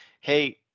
hey